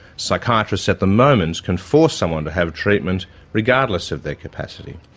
psychiatrists at the moment can force someone to have treatment regardless of their capacity.